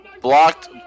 blocked